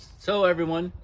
so everyone,